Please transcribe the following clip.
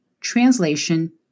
translation